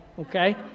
okay